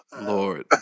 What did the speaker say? Lord